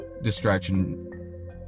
distraction